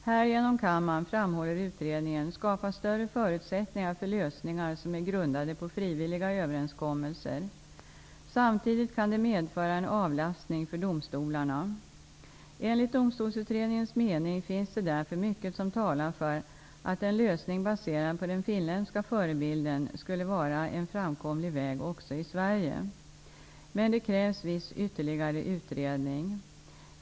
Härigenom kan man, framhåller utredningen, skapa större förutsättningar för lösningar som är grundade på frivilliga överenskommelser. Samtidigt kan det medföra en avlastning för domstolarna. Enligt domstolsutredningens mening finns det därför mycket som talar för att en lösning baserad på den finländska förebilden skulle vara en framkomlig väg också i Sverige. Men det krävs viss ytterligare utredning.